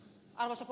kannatan